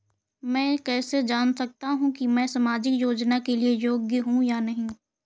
मैं कैसे जान सकता हूँ कि मैं सामाजिक योजना के लिए योग्य हूँ या नहीं?